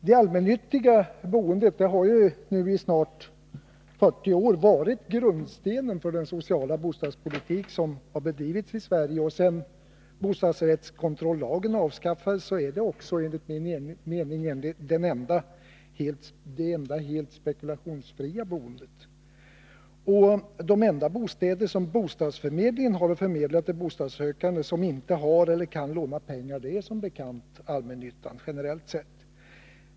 Det allmännyttiga boendet har ju i snart 40 år varit grundstenen för den sociala bostadspolitik som har bedrivits i Sverige. Sedan bostadsrättskontrollagen avskaffades är det också, enligt min mening, det enda helt spekulationsfria boendet. De enda bostäder bostadsförmedlingen har att förmedla till bostadssökande som inte har eller kan låna pengar är som bekant allmännyttan, generellt sett.